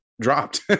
dropped